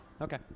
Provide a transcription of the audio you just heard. Okay